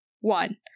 one